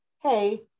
hey